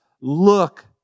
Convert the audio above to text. look